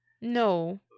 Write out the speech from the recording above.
No